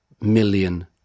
million